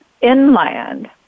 inland